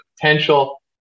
potential